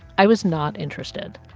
i was not interested.